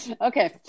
Okay